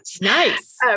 Nice